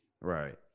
right